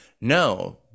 no